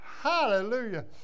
Hallelujah